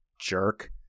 Jerk